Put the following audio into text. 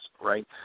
right